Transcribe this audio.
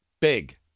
Big